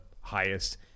highest